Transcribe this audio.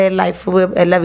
life